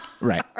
Right